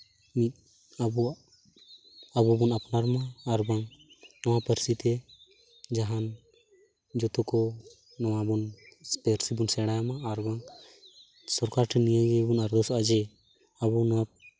ᱢᱤᱫ ᱟᱵᱚᱣᱟᱜ ᱟᱵᱚ ᱵᱚᱱ ᱟᱯᱱᱟᱨᱢᱟ ᱟᱨ ᱵᱟᱝ ᱱᱚᱣᱟ ᱯᱟᱹᱨᱥᱤ ᱛᱮ ᱡᱟᱦᱟᱱ ᱡᱚᱛᱚ ᱠᱚ ᱱᱚᱣᱟᱵᱚᱱ ᱥᱮᱬᱟᱭᱢᱟ ᱟᱨᱵᱚᱱ ᱥᱚᱨᱠᱟᱨ ᱴᱷᱮᱱ ᱱᱤᱭᱟᱹ ᱜᱮᱵᱚᱱ ᱟᱨᱫᱟᱥᱚᱜᱼᱟ ᱡᱮ ᱟᱵᱚ ᱱᱚᱣᱟ